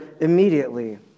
immediately